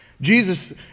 Jesus